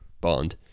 Bond